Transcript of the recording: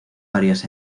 varias